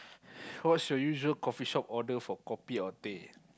what's your usual coffee shop order for kopi or teh